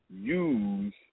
use